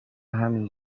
همین